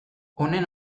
honen